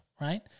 right